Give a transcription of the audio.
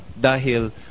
Dahil